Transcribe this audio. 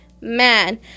man